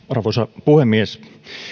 arvoisa puhemies